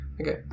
Okay